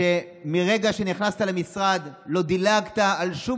שמרגע שנכנסת למשרד לא דילגת על שום